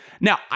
Now